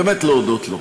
באמת להודות לו.